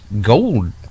gold